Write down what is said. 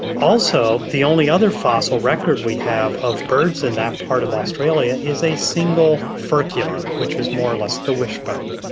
also the only other fossil record we have of birds in that part of australia is a single furcular, which is more or less the wishbone.